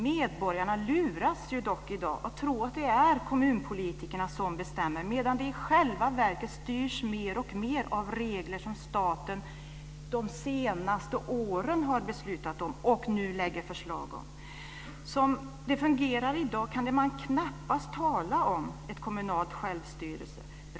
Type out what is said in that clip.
Medborgarna luras dock i dag att tro att det är kommunpolitikerna som bestämmer, medan de i själva verket styrs mer och mer av regler som staten de senaste åren har beslutat om och nu lägger fram förslag om. Som det fungerar i dag kan man knappast tala om ett kommunalt självstyre.